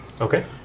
Okay